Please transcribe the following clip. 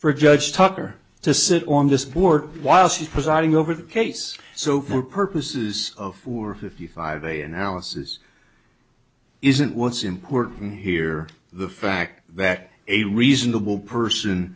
a judge tucker to sit on this board while she's presiding over the case so for purposes of who are fifty five a analysis isn't what's important here the fact that a reasonable person